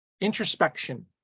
introspection